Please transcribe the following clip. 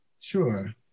Sure